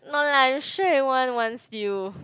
no lah I'm sure everyone wants you